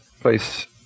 place